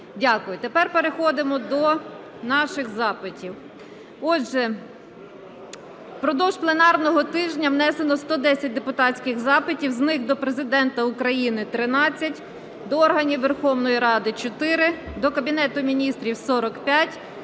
Дякую. Тепер переходимо до наших запитів. Отже, впродовж пленарного тижня внесено 110 депутатських запитів. З них: до Президента України – 13; до органів Верховної Ради – 4; до Кабінету Міністрів – 45;